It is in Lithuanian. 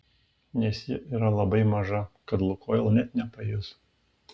nes ji yra labai maža kad lukoil net nepajus